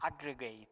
aggregate